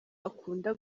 akunda